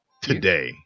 today